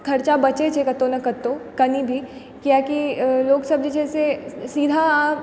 खर्चा बचै छै कतौ ने कतौ कनी भी कियाकि लोक सब जे छै से सीधा